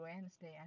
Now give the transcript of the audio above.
Wednesday